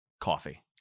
coffee